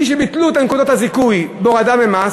מי שביטלו את נקודות הזיכוי בהורדה במס